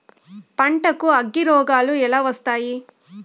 పంటకు అగ్గిరోగాలు ఎలా వస్తాయి?